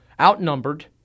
outnumbered